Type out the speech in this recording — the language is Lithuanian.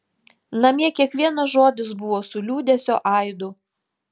namie kiekvienas žodis buvo su liūdesio aidu